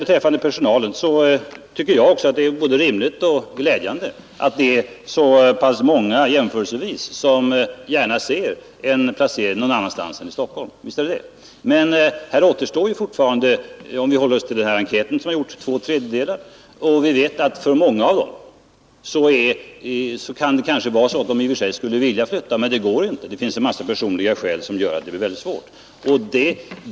Beträffande personalen tycker även jag att det är glädjande att så pass många accepterar en placering någon annanstans än i Stockholm. Men här återstår, om vi håller oss till den enkät som gjorts, två tredjedelar. Vi vet att för många av dem kan det vara så att de i och för sig skulle vilja flytta, men det går inte. Personliga skäl gör att det skulle bli väldigt svårt.